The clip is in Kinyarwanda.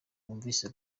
bumvise